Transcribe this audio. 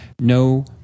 no